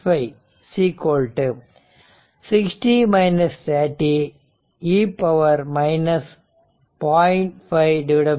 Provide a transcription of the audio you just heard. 5 60 30 e 0